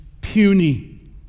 puny